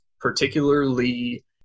particularly